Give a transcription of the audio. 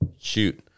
Shoot